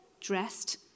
dressed